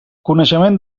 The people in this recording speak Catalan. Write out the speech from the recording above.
coneixement